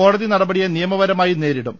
കോടതി നടപടിയെ നിയമപരമായി നേരിടും